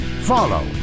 Follow